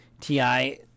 Ti